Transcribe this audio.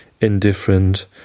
indifferent